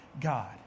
God